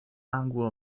anglo